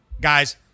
Guys